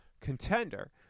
contender